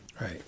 Right